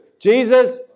Jesus